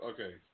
Okay